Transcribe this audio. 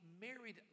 married